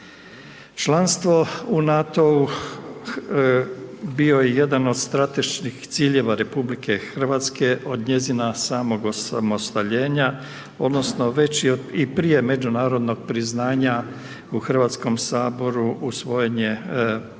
Članstvo u NATO-u bio je jedan od strateških ciljeva RH od njezina samog osamostaljenja odnosno već i prije međunarodnog priznanja u Hrvatskom saboru usvojen je Strategija